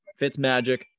Fitzmagic